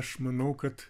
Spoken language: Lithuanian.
aš manau kad